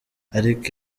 ariko